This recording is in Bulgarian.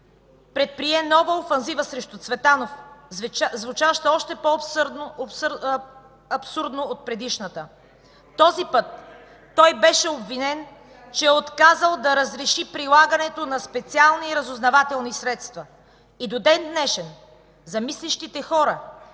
предприе нова офанзива срещу Цветанов, звучаща още по-абсурдно от предишната. Този път той беше обвинен, че е отказал да разреши прилагането на специални разузнавателни средства! И до ден днешен за мислещите хора